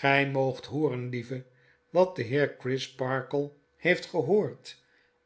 gy moogt hooren lieve wat de heer crisparkle heeft gehoord